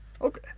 Okay